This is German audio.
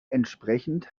entsprechend